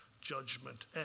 judgment